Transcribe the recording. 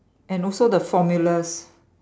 and also the formulas